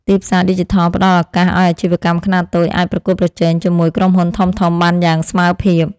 ទីផ្សារឌីជីថលផ្តល់ឱកាសឱ្យអាជីវកម្មខ្នាតតូចអាចប្រកួតប្រជែងជាមួយក្រុមហ៊ុនធំៗបានយ៉ាងស្មើភាព។